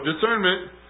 discernment